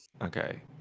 okay